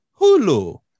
Hulu